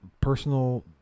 personal